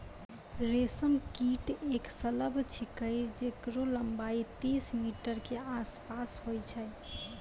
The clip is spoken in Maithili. रेशम कीट एक सलभ छिकै जेकरो लम्बाई तीस मीटर के आसपास होय छै